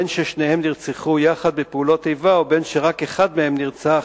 בין ששניהם נרצחו יחד בפעולות איבה בין שרק אחד מהם נרצח